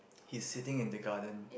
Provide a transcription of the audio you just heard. he's sitting in the garden